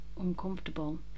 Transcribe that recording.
uncomfortable